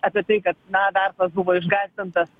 apie tai kad na verslas buvo išgąsdintas